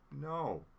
No